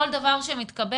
כל דבר שמתקבל,